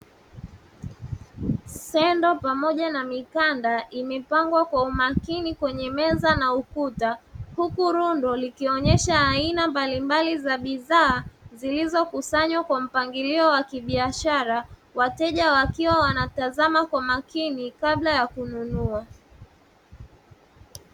Sendo pamoja na mikanda imepangwa kwa umakini kwenye meza na ukuta, huku rundo likionyesha aina mbalimbali za bidhaa zilizokusanywa kwa mpangilio wa kibiashara, wateja wakiwa wanatazama kwa makini kabla ya kununua.